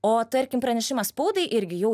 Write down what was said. o tarkim pranešimas spaudai irgi jau